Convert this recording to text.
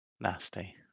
Nasty